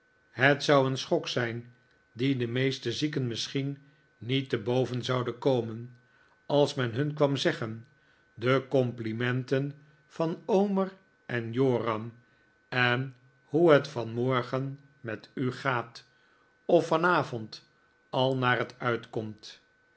het zou een schok zijn dien de meeste zieken misschien niet te boven zouden komen als men hun kwam zeggen de complimenten van omer en joram en hoe het vahmorgen met u gaat of vanavond al naar het uitkomt